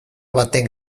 baten